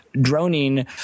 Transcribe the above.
droning